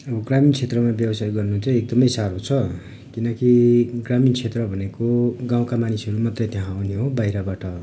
अब ग्रामीण क्षेत्रमा व्यवसाय गर्नु चाहिँ एकदमै साह्रो छ किनकि ग्रामीण क्षेत्र भनेको गाँउका मानिसहरू मात्रै त्यहाँ आउने हो बाहिरबाट